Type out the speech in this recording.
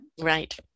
right